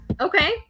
Okay